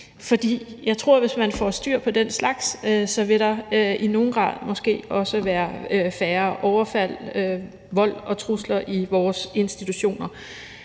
For jeg tror, at hvis man får styr på den slags, så vil der måske også i nogen grad være færre overfald, vold og trusler i vores institutioner.